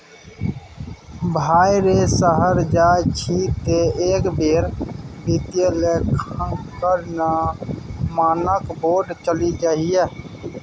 भाय रे शहर जाय छी तँ एक बेर वित्तीय लेखांकन मानक बोर्ड चलि जइहै